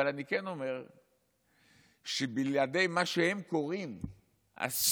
אבל כן אומר שבלעדי מה שהם קוראים "השמאלנים",